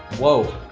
whoa.